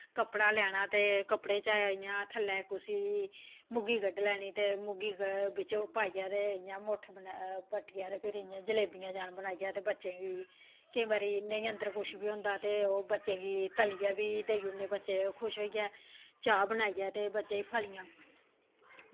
कपड़ा लेना ते कपड़े च बस उसी मुग्गी कड्ढी लैनी ते मुगी च इंया मुट्ठ बट्टियै ते फिर जलेबियां बनाइयै बच्चें गी ते केईं बारी नेईं बी कुछ अंदर होंदा ते ओह् बच्चें गी तलियै बी देई ओड़ने ते बच्चे खुश होइयै चाह् बनाइयै ते बच्चे फलियां